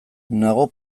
nago